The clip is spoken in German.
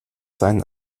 seinen